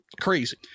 Crazy